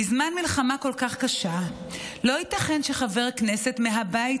בזמן מלחמה כל כך קשה לא ייתכן שחבר כנסת מהבית